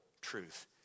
truth